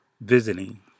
visiting